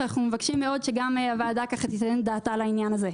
אנחנו מבקשים מאוד שגם הוועדה תיתן את דעתה לעניין הזה.